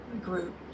group